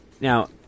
Now